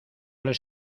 les